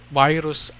virus